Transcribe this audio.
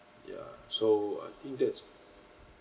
ya so I think that's